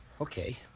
Okay